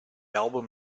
album